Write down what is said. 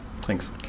Thanks